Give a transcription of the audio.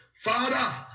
Father